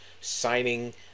signing